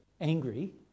angry